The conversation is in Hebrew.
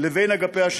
לבין אגפי השיקום.